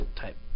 type